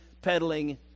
peddling